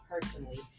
personally